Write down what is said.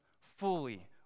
fully